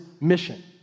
mission